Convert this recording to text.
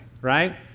right